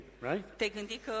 right